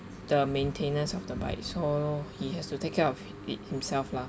the maintenance of the bike so he has to take care of it himself lah